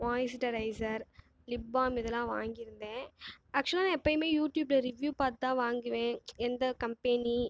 moisturiser lip balm இதெலாம் வாங்கிருந்தேன் ஆக்ஷ்வலா நான் எப்போவுமே யூட்யூப்பில் ரிவியூ பார்த்து தான் வாங்குவேன் எந்த கம்பெனி